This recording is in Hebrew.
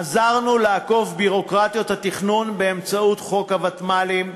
עזרנו לעקוף ביורוקרטיות התכנון באמצעות חוק הוותמ"לים,